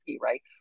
right